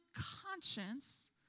conscience